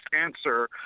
answer